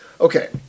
Okay